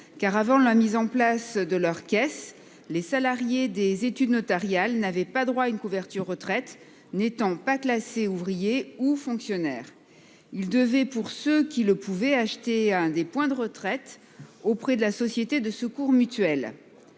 Avant la mise en place de leur caisse, les salariés des études notariales n'avaient pas droit à une couverture de retraite, n'étant pas classés comme ouvriers ou fonctionnaires. Ils devaient pour ceux qui le pouvaient acheter des points de retraite auprès de la société de secours mutuel.